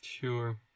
sure